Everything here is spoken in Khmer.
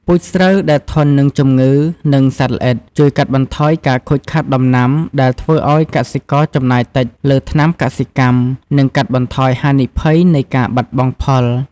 ពូជស្រូវដែលធន់នឹងជំងឺ និងសត្វល្អិត ជួយកាត់បន្ថយការខូចខាតដំណាំ ដែលធ្វើឱ្យកសិករចំណាយតិចលើថ្នាំកសិកម្ម និងកាត់បន្ថយហានិភ័យនៃការបាត់បង់ផល។